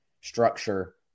structure